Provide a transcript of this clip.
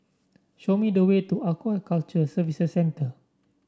show me the way to Aquaculture Services Centre